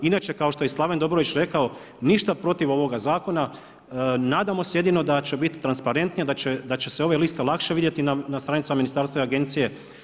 Inače kao i što je Slaven Dobrović rekao ništa protiv ovoga zakona, nadamo se jedino da će biti transparentnija da će se ove liste lakše vidjeti na stranicama ministarstva i agencije.